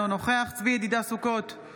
אינו נוכח צבי ידידיה סוכות,